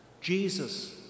Jesus